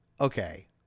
okay